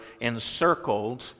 encircled